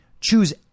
Choose